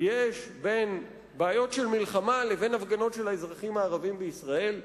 יש בין בעיות של מלחמה לבין הפגנות של האזרחים הערבים בישראל?